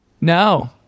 No